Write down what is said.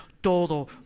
Todo